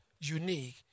unique